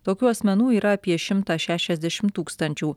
tokių asmenų yra apie šimtą šešiasdešim tūkstančių